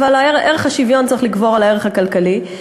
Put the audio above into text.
אבל ערך השוויון צריך לגבור על הערך הכלכלי.